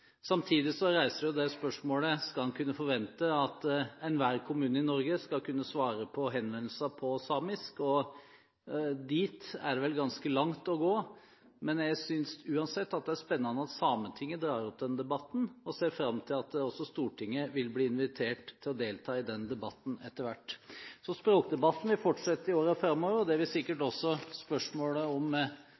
Samtidig reiser det spørsmålet: Skal man kunne forvente at enhver kommune i Norge skal kunne svare på henvendelser på samisk? Dit er det vel ganske langt å gå, men jeg synes uansett det er spennende at Sametinget drar opp denne debatten, og jeg ser fram til at Stortinget vil bli invitert til å delta i den debatten etter hvert. Språkdebatten vil fortsette i årene framover, og det vil sikkert også spørsmålet om